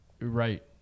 right